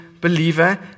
believer